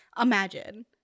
Imagine